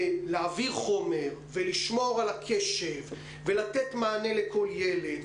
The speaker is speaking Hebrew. ולהעביר חומר ולשמור על הקשב ולתת מענה ותשומת לב לכל ילד,